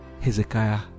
hezekiah